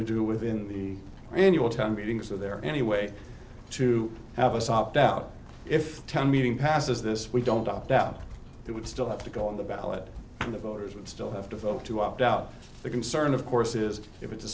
to do within the annual town meetings are there any way to have us opt out if ten meeting passes this we don't opt out they would still have to go on the ballot in the voters and still have to vote to opt out the concern of course is if it's a